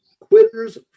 Quitter's